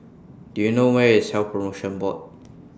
Do YOU know Where IS Health promotion Board